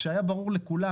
כשהיה ברור לכולם,